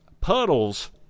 puddles